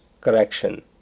correction